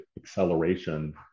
acceleration